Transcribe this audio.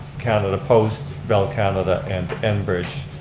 canada post, bell canada, and embridge.